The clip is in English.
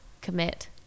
commit